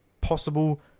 possible